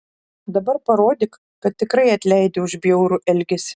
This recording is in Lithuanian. dabar parodyk kad tikrai atleidi už bjaurų elgesį